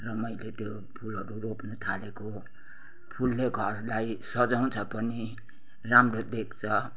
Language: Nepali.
र मैले त्यो फुलहरू रोप्नु थालेको फुलले घरलाई सजाउँछ पनि राम्रो देख्छ